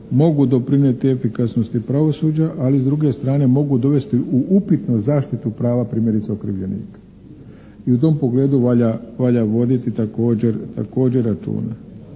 mogu doprinijeti efikasnosti pravosuđa, ali s druge strane mogu dovesti u upitnost zaštitu prava primjerice okrivljenika. I u tom pogledu valja voditi također računa.